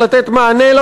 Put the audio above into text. ולהפסיק להילחם נגד העם,